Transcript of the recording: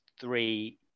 three